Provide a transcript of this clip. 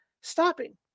stopping